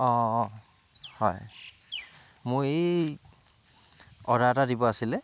অঁ হয় মোৰ এই অৰ্ডাৰ এটা দিব আছিলে